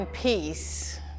peace